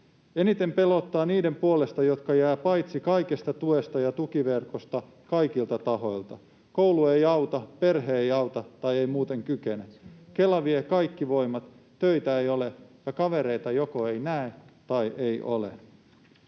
”Eniten pelottaa niiden puolesta, jotka jäävät paitsi kaikesta tuesta ja tukiverkosta kaikilta tahoilta. Koulu ei auta, perhe ei auta tai ei muuten kykene. Kela vie kaikki voimat. Töitä ei ole, ja kavereita joko ei näe tai ei ole.”